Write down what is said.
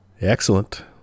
Excellent